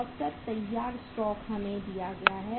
औसत तैयार स्टॉक हमें दिया गया है